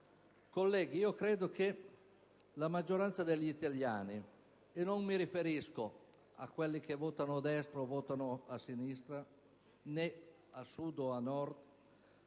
Colleghi, credo che la maggioranza degli italiani - e non mi riferisco a quelli che votano a destra o a sinistra, al Sud o al Nord